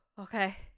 Okay